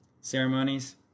ceremonies